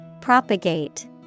Propagate